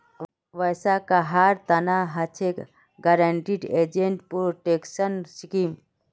वैसा कहार तना हछेक गारंटीड एसेट प्रोटेक्शन स्कीम